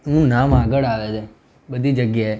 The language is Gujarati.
નું નામ આગળ આવે છે બધી જગ્યાએ